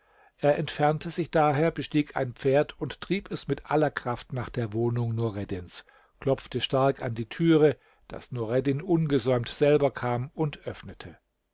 er entfernte sich daher bestieg ein pferd und trieb es mit aller kraft nach der wohnung nureddins klopfte stark an die türe daß nureddin ungesäumt selber kam und öffnete